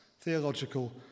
theological